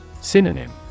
Synonym